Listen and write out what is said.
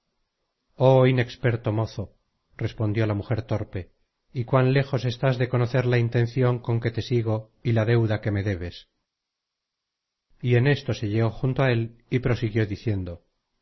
oh inexperto mozo respondió la mujer torpe y cuán léjos estás de conocer la intencion con que te sigo y la deuda que me debes y en esto se llegó junto a él y prosiguió diciendo